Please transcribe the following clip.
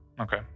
okay